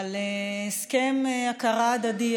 על הסכם הכרה הדדי,